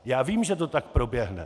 Já vím, že to tak proběhne.